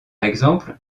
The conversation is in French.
exemple